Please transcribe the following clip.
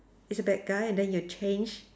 it's a bad guy and then you change